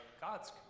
God's